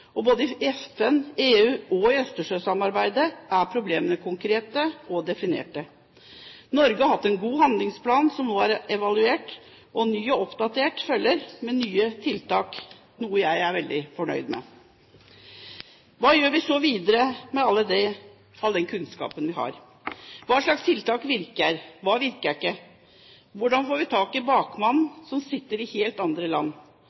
og i både FN, EU og Østersjøsamarbeidet er problemene konkrete og definerte. Norge har hatt en god handlingsplan, som nå er evaluert, og ny og oppdatert følger med nye tiltak – noe jeg er veldig fornøyd med. Hva gjør vi så videre med all den kunnskapen vi har? Hva slags tiltak virker? Hva virker ikke? Hvordan får vi tak i bakmannen som sitter i et helt annet land?